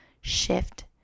shift